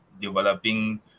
developing